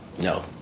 No